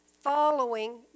following